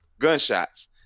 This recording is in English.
gunshots